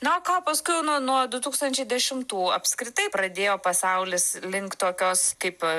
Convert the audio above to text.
na o ką paskui nuo nuo du tūkstančiai dešimtų apskritai pradėjo pasaulis link tokios kaip